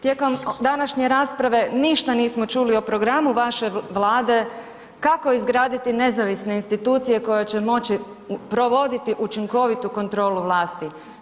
Tijekom današnje rasprave ništa nismo čuli o programu vaše Vlade kako izgraditi nezavisne institucije koje će moći provoditi učinkovitu kontrolu vlasti.